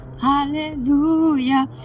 Hallelujah